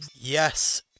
Yes